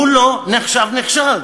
הוא לא נחשב נכשל.